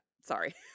sorry